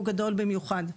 הוא גדול במיוחד.